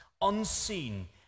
unseen